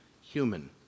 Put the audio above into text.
human